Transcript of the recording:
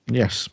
yes